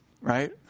right